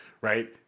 right